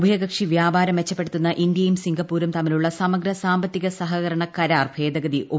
ഉഭയകക്ഷി വൃാപാരം മെച്ചപ്പെടുത്തുന്ന ഇന്തൃയും സിംഗപ്പൂരും തമ്മിലുളള സമഗ്ര സാമ്പത്തിക സഹകരണ കരാർ ഭേദഗതി ഒപ്പുവെച്ചു